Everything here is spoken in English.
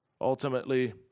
Ultimately